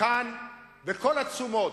בכל התשומות.